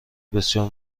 بسیار